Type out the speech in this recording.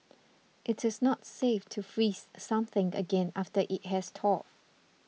it is not safe to freeze something again after it has thawed